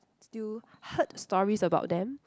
still heard stories about them